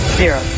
zero